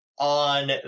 on